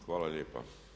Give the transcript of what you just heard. Hvala lijepa.